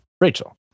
Rachel